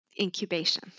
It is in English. incubation